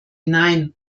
nein